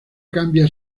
cambia